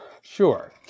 Sure